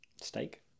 Steak